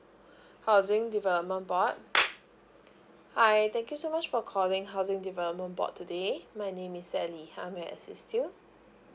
housing development board hi thank you so much for calling housing development board today my name is sally how may I assist you